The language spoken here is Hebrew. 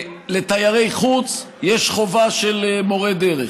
לתיירי חוץ יש חובה של מורי דרך,